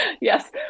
yes